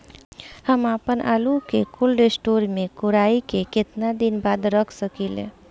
हम आपनआलू के कोल्ड स्टोरेज में कोराई के केतना दिन बाद रख साकिले?